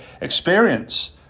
experience